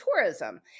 Tourism